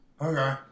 okay